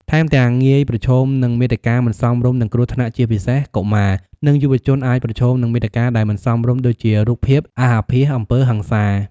ថែមទាំងងាយប្រឈមនឹងមាតិកាមិនសមរម្យ និងគ្រោះថ្នាក់ ជាពិសេសកុមារ និងយុវជនអាចប្រឈមនឹងមាតិកាដែលមិនសមរម្យដូចជារូបភាពអាសអាភាសអំពើហិង្សា។